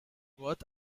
worth